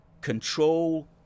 control